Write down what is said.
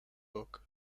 book